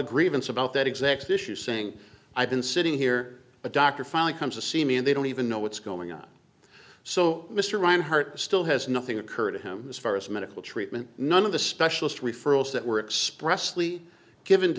grievance about that exact issue saying i've been sitting here a doctor finally comes to see me and they don't even know what's going on so mr rinehart still has nothing occurred to him as far as medical treatment none of the specialist referrals that were